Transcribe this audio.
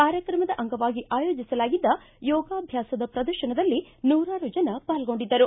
ಕಾರ್ಯಕ್ರಮದ ಅಂಗವಾಗಿ ಆಯೋಜಿಸಲಾಗಿದ್ದ ಯೋಗಾಭ್ಯಾಸದ ಪ್ರದರ್ಶನದಲ್ಲಿ ನೂರಾರು ಜನ ಪಾಲ್ಗೊಂಡಿದ್ದರು